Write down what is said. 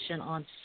on